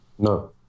No